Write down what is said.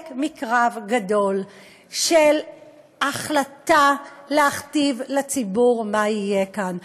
מקרב גדול של החלטה להכתיב לציבור מה יהיה כאן.